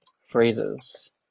phrases